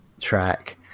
track